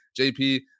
jp